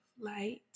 light